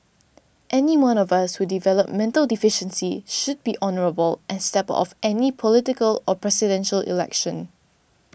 anyone of us who develop mental deficiency should be honourable and step of any political or Presidential Election